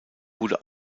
wurde